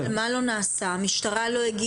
מה לא נעשה, המשטרה לא הגישה?